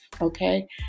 okay